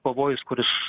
pavojus kuris